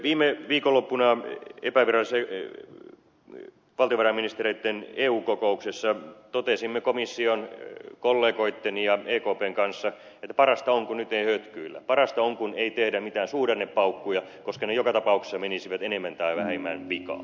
viime viikonloppuna epävirallisessa valtiovarainministereitten eu kokouksessa totesimme komission kollegoitten ja ekpn kanssa että parasta on kun nyt ei hötkyillä parasta on kun ei tehdä mitään suhdannepaukkuja koska ne joka tapauksessa menisivät enemmän tai vähemmän vikaan